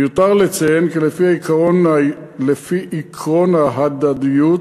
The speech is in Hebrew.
מיותר לציין כי לפי עקרון ההדדיות